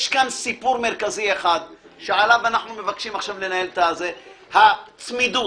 יש פה סיפור מרכזי אחד שעליו אנחנו מבקשים לנהל את הדיון הצמידות.